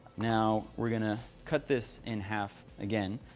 now we're going to cut this in half again.